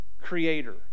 creator